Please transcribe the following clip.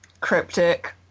cryptic